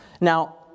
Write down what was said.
Now